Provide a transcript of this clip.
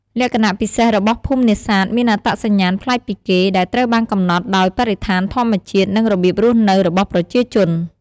លក្ខណៈពិសេសរបស់ភូមិនេសាទមានអត្តសញ្ញាណប្លែកពីគេ ដែលត្រូវបានកំណត់ដោយបរិស្ថានធម្មជាតិ និងរបៀបរស់នៅរបស់ប្រជាជន។